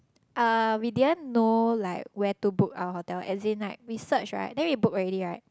uh we didn't know like where to book our hotel as in like we search right then we book already right